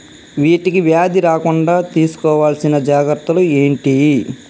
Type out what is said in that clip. వీటికి వ్యాధి రాకుండా తీసుకోవాల్సిన జాగ్రత్తలు ఏంటియి?